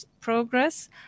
progress